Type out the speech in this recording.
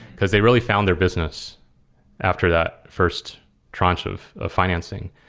because they really found their business after that first trench of financing.